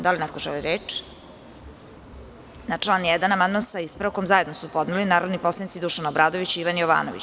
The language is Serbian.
Da li neko želi reč? (Ne) Na član 1. amandman, sa ispravkom, zajedno su podneli narodni poslanici Dušan Obradović i Ivan Jovanović.